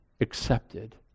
accepted